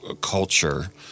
culture